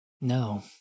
No